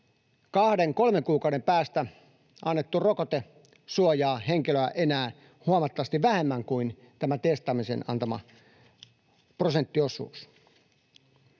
2—3 kuukauden päästä rokote suojaa henkilöä enää huomattavasti vähemmän kuin tämä testaamisen antama prosenttiosuus.